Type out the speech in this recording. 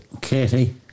Katie